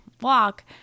walk